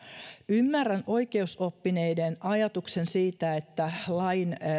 ymmärrän oikeusoppineiden ajatuksen siitä että lain